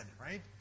Right